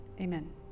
amen